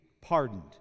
pardoned